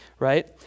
Right